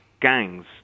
gangs